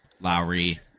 lowry